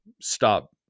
stop